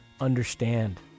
understand